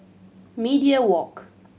Media Walk